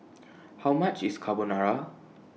How much IS Carbonara